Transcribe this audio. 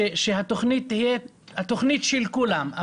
שהתוכנית תהיה התוכנית של כולם.